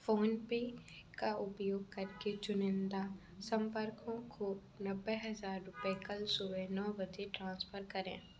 PhonePe का उपयोग करके चुनिंदा संपर्कों को नब्बे हज़ार रुपये कल सुबह नौ बजे ट्रांसफ़र करें